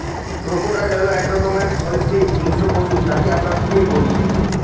crocodile হল এক রকমের সরীসৃপ হিংস্র পশু যাকে আমরা কুমির বলি